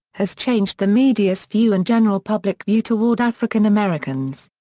has changed the media's view and general public view toward african americans.